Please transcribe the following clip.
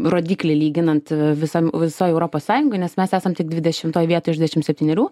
rodiklį lyginant visam visoj europos sąjungoj nes mes esam tik dvidešimtoj vietoj iš dvidešimt septynerių